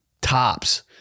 tops